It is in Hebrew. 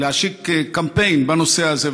להשיק קמפיין בנושא הזה,